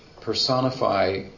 personify